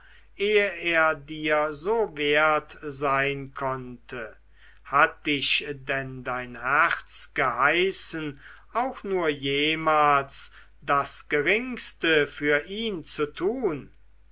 ehe er dir so wert sein konnte hat dich denn dein herz geheißen auch nur jemals das geringste für ihn zu tun